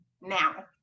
now